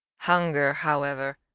hunger, however,